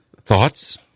Thoughts